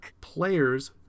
players